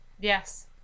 Yes